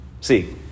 See